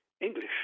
english